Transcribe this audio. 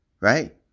Right